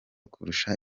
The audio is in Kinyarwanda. kurusha